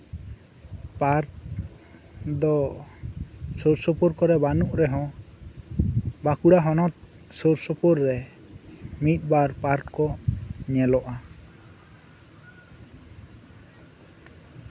park ᱫᱚ ᱥᱩᱨᱼᱥᱩᱯᱩᱨ ᱠᱚᱨᱮ ᱵᱟᱱᱩᱜ ᱨᱮᱦᱚᱸ ᱵᱟᱸᱠᱩᱲᱟ ᱦᱚᱱᱚᱛ ᱥᱩᱨᱼᱥᱩᱯᱩᱨ ᱨᱮ ᱢᱤᱫᱼᱵᱟᱨ ᱯᱟᱨᱠ ᱠᱚ ᱧᱮᱞᱚᱜᱼᱟ